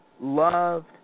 loved